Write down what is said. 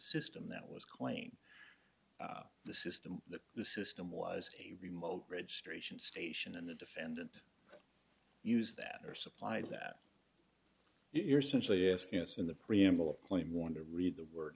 system that was claimed the system that the system was a remote registration station and a defendant used that are supplied that you're simply asking us in the preamble point want to read the word